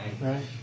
right